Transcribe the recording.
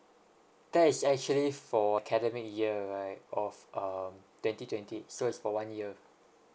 that is actually for academic year right of uh twenty twenty so it's for one year